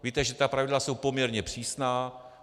Víte, že ta pravidla jsou poměrně přísná.